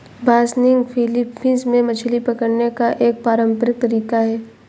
बासनिग Philippines में मछली पकड़ने का एक पारंपरिक तरीका है